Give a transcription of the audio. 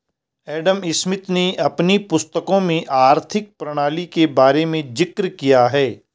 Adam Smith ने अपनी पुस्तकों में आर्थिक प्रणाली के बारे में जिक्र किया है